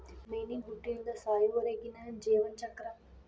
ಮೇನಿನ ಹುಟ್ಟಿನಿಂದ ಸಾಯುವರೆಗಿನ ಜೇವನ ಚಕ್ರ